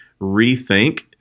rethink